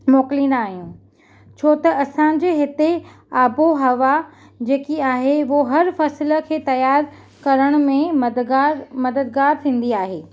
मोकलींदा आहियूं छो त असांजे हिते आबहवा जेकी आहे उहा हर फ़सुल खे तयारु करण में मदगार मददगारु थींदी आहे